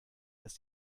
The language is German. dass